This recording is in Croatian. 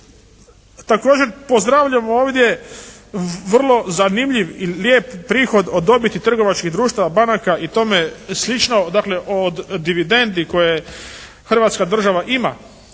Također pozdravljam ovdje vrlo zanimljiv i lijep prihod od dobiti trgovačkih društava, banaka i tome slično. Dakle od dividendi koje Hrvatska država ima